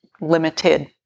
limited